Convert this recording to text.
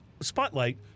spotlight